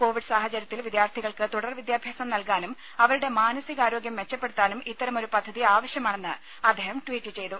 Covid സാഹചര്യത്തിൽ വിദ്യാർത്ഥികൾക്ക് തുടർ വിദ്യാഭ്യാസം നൽകാനും അവരുടെ മാനസികാരോഗ്യം മെച്ചപ്പെടുത്താനും ഇത്തരമൊരു പദ്ധതി ആവശ്യമാണെന്ന് അദ്ദേഹം ട്വീറ്റ് ചെയ്തു